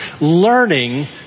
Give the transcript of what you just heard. learning